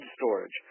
storage